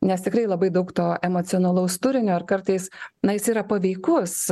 nes tikrai labai daug to emocionalaus turinio ir kartais na jis yra paveikus